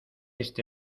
este